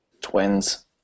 Twins